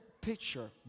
picture